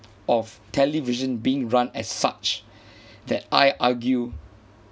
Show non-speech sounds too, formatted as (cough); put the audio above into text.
of television being run as such (breath) that I argue